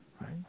Right